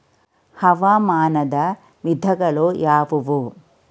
ಹವಾಮಾನದ ವಿಧಗಳು ಯಾವುವು?